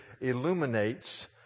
illuminates